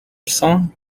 song